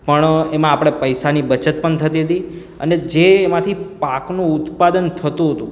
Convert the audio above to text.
પણ એમાં આપણે પૈસાની બચત પણ થતી હતી અને જે એમાંથી પાકનું ઉત્પાદન થતું હતું